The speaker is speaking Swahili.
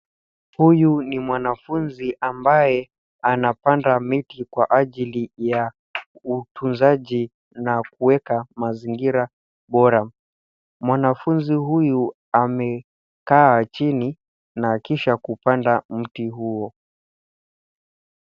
Huyu ni mwanafunzi ambaye anapanda miti kwa ajili ya utunzaji na kuweka mazingira bora. Mwanafunzi huyu amekaa chini na kisha kupanda mti huo.